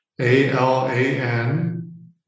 A-L-A-N